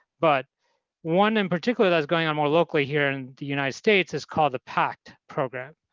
but one in particular that is going on more locally here and in the united states is called the pact program.